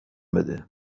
بده